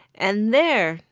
and there,